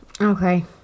Okay